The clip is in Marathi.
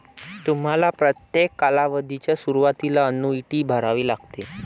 तुम्हाला प्रत्येक कालावधीच्या सुरुवातीला अन्नुईटी भरावी लागेल